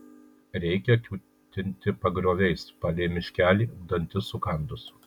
reikia kiūtinti pagrioviais palei miškelį dantis sukandus